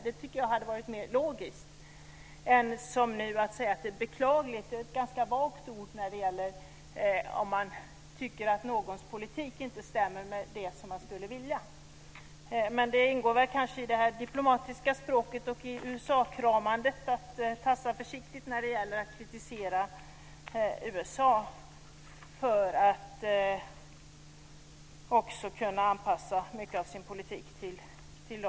Det tycker jag skulle ha varit mer logiskt än att, som nu sker, bara säga att det är "beklagligt" - ett ganska vagt ord om man tycker att någons politik inte stämmer överens med det som man skulle vilja. Men det ingår kanske i det diplomatiska språket och i USA-kramandet att tassa försiktigt när det gäller att kritisera USA - detta också för att kunna anpassa mycket av sin politik till dem.